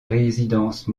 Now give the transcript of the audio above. résidence